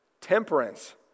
temperance